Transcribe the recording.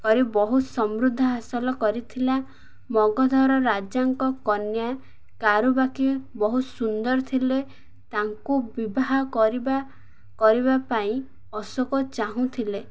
କରି ବହୁତ ସମୃଦ୍ଧ ହାସଲ କରିଥିଲା ମଗଧର ରାଜାଙ୍କ କନ୍ୟା କାରୁବାକୀ ବହୁତ ସୁନ୍ଦର ଥିଲେ ତାଙ୍କୁ ବିବାହ କରିବା କରିବା ପାଇଁ ଅଶୋକ ଚାହୁଁଥିଲେ